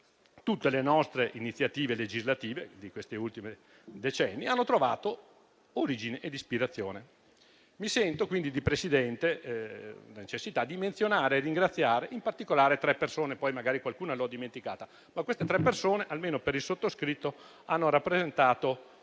tutte le nostre iniziative legislative di questi ultimi decenni hanno tratto origine ed ispirazione. Sento quindi, Presidente, la necessità di menzionare e ringraziare in particolare tre persone. Magari qualcuna l'ho dimenticata, ma queste tre persone, almeno per il sottoscritto, sono stati